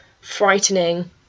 frightening